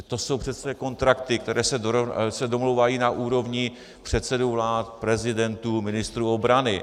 To jsou přece kontrakty, které se domlouvají na úrovni předsedů vlád, prezidentů, ministrů obrany.